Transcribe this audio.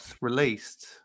released